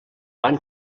van